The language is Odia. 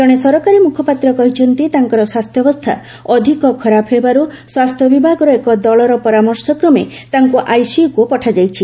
ଜଣେ ସରକାରୀ ମୁଖପାତ୍ର କହିଛନ୍ତି ତାଙ୍କର ସ୍ୱାସ୍ଥ୍ୟାବସ୍ଥା ଅଧିକ ଖରାପ ହେବାରୁ ସ୍ୱାସ୍ଥ୍ୟ ବିଭାଗର ଏକ ଦଳର ପରାମର୍ଶକ୍ରମେ ତାଙ୍କୁ ଆଇସିୟୁକୁ ପଠାଯାଇଛି